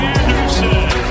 Anderson